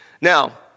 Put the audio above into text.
Now